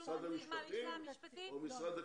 הדין, של משרד המשפטים או משרד הקליטה?